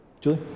Julie